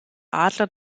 adler